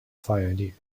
发源地